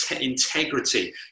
integrity